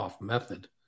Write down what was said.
method